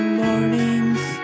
mornings